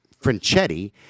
Franchetti